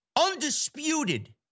undisputed